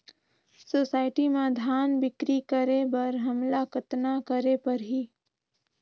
Society म धान बिक्री करे बर हमला कतना करे परही?